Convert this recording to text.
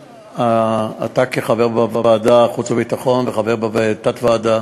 אתה חבר ועדת חוץ וביטחון וחבר בתת-ועדה.